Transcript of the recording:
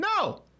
No